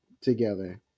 together